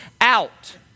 out